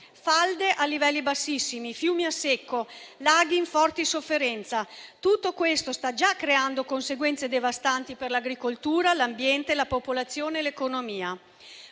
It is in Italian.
falde a livelli bassissimi, fiumi a secco, laghi in forte sofferenza. Tutto questo sta già creando conseguenze devastanti per l'agricoltura, l'ambiente, la popolazione e l'economia.